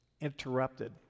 interrupted